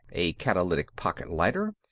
a catalytic pocket lighter,